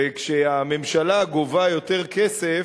וכשהממשלה גובה יותר כסף,